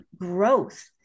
growth